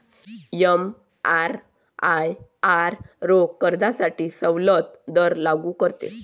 एमआरआयआर रोख कर्जासाठी सवलत दर लागू करते